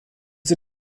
sie